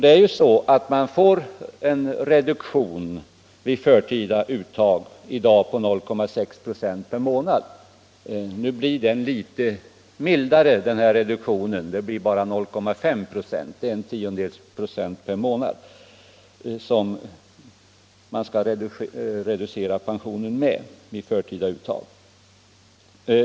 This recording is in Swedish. En försäkrad får i dag en reduktion vid förtida uttag på 0,6 26 per månad. Den reduktionen blir nu litet mildare, bara 0,5 96.